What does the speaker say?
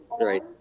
right